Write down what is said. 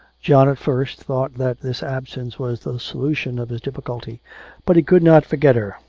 john at first thought that this absence was the solution of his difficulty but he could not forget her,